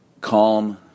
calm